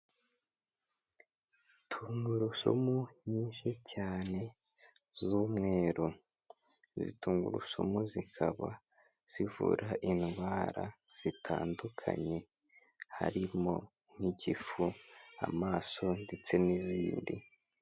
tungurusumu nyinshi cyane z'umweru, izi tungurusumu zikaba zivura indwara zitandukanye, harimo nk'igifu, amaso ndetse n'izindi.